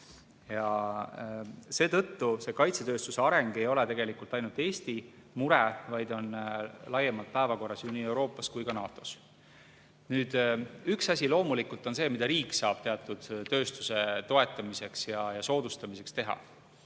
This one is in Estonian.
Ja seetõttu kaitsetööstuse areng ei ole ainult Eesti mure, vaid see on laiemalt päevakorras ju nii Euroopas kui ka NATO-s. Üks asi loomulikult on see, mida riik saab teatud tööstuse toetamiseks ja soodustamiseks teha.